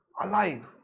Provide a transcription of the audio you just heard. alive